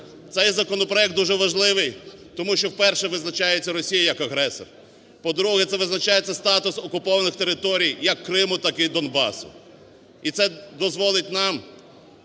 Цей законопроект дуже важливий, тому що вперше визначається Росія як агресор. По-друге, це визначається статус окупованих територій як Криму, так і Донбасу. І це дозволить нам